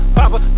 papa